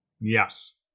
Yes